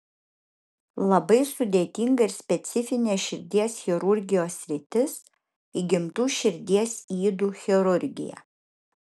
labai sudėtinga ir specifinė širdies chirurgijos sritis įgimtų širdies ydų chirurgija